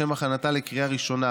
לשם הכנתה לקריאה ראשונה.